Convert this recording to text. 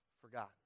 Forgotten